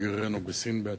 שגרירנו בסין בעתיד,